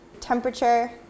Temperature